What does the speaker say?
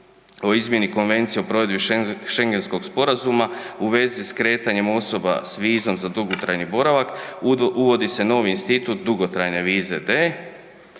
o izmjeni Konvenciji o provedbi Šengenskog sporazuma u vezi s kretanjem osoba s vizom za dugotrajni boravak uvodi se novi institut dugotrajne vize D